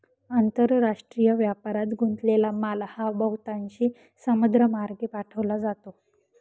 आंतरराष्ट्रीय व्यापारात गुंतलेला माल हा बहुतांशी समुद्रमार्गे पाठवला जातो